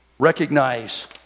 recognize